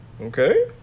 Okay